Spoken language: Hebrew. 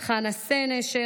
חנה סנש,